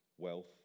wealth